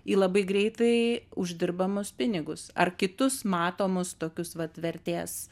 į labai greitai uždirbamus pinigus ar kitus matomus tokius vat vertės